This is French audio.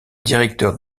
directeur